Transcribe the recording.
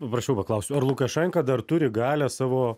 paprasčiau paklausiau ar lukašenka dar turi galią savo